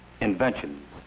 inventions